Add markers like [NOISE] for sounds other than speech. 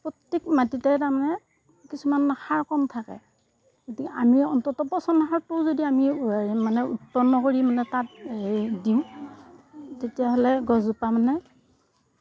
প্ৰত্যেক মাটিতে তাৰমানে কিছুমান সাৰ কম থাকে [UNINTELLIGIBLE] আমি অন্ততঃ পচন সাৰটো যদি আমি [UNINTELLIGIBLE] মানে উৎপন্ন কৰি মানে তাত হেৰি দিওঁ তেতিয়াহ'লে গছজোপা মানে